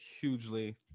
hugely